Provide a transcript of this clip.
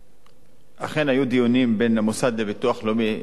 אכן היו דיונים בין המוסד לביטוח לאומי,